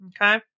Okay